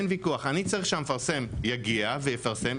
אני צריך שהמפרסם יגיע ויפרסם,